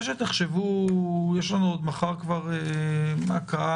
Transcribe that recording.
חזרו עכשיו ממגע עם --- למה לא עושים להם ישר בדיקה?